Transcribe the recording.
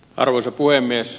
arvoisa puhemies